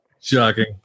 shocking